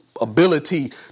ability